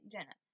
Jenna